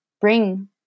bring